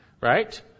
right